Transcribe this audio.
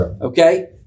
Okay